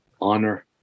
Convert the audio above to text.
honor